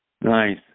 Nice